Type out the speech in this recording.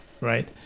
right